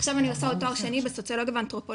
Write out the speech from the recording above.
עכשיו אני עושה עוד תואר שני בפסיכולוגיה ואנתרופולוגיה,